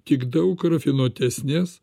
tik daug rafinuotesnes